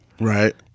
right